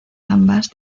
ambas